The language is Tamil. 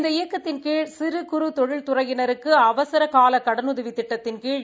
இந்த இயக்கத்தின் கீழ் சிறு குறு தொழில் துறையினருக்கு அவசரகால கடனுதவி திட்டத்தின் கீழ்